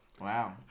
Wow